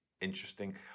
interesting